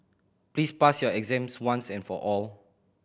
please pass your exams once and for all